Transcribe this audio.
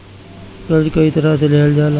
कर्जा कई तरह से लेहल जाला